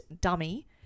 dummy